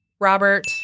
Robert